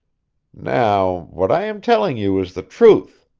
now, what i am telling you is the truth.